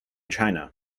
china